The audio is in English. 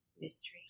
mystery